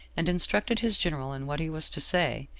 and instructed his general in what he was to say,